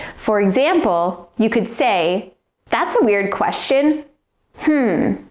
for example, you could say that's a weird question hmm,